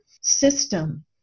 system